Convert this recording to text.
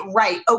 right